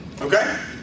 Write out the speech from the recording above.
Okay